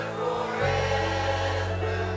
forever